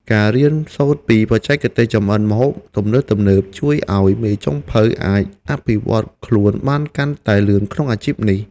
ការរៀនសូត្រពីបច្ចេកទេសចម្អិនម្ហូបទំនើបៗជួយឱ្យមេចុងភៅអាចអភិវឌ្ឍខ្លួនបានកាន់តែលឿនក្នុងអាជីពនេះ។